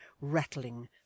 rattling